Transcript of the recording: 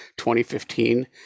2015